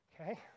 okay